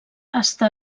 està